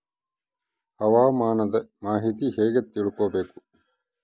ಹವಾಮಾನದ ಮಾಹಿತಿ ಹೇಗೆ ತಿಳಕೊಬೇಕು?